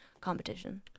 competition